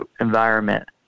environment